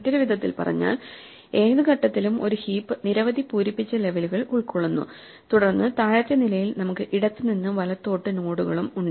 മറ്റൊരു വിധത്തിൽ പറഞ്ഞാൽ ഏത് ഘട്ടത്തിലും ഒരു ഹീപ്പ് നിരവധി പൂരിപ്പിച്ച ലെവലുകൾ ഉൾക്കൊള്ളുന്നു തുടർന്ന് താഴത്തെ നിലയിൽ നമുക്ക് ഇടത്തുനിന്ന് വലത്തോട്ട് നോഡുകളും ഉണ്ട്